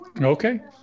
okay